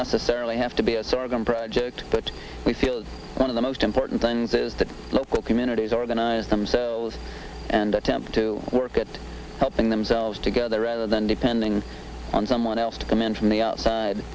necessarily have to be a target a project that we feel is one of the most important things is that local communities organize themselves and attempt to work at helping themselves together rather than depending on someone else to come in from the outside